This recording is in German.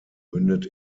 mündet